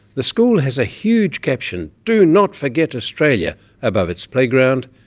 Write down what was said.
the school has a huge caption, do not forget australia above its playground,